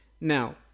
Now